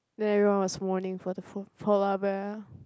then everyone was mourning for the poor polar bear